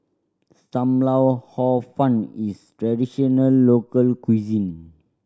Sam Lau Hor Fun is traditional local cuisine